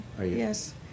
yes